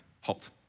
Halt